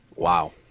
wow